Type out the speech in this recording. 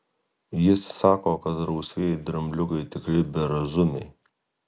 jis sako kad rausvieji drambliukai tikri berazumiai